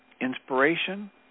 inspiration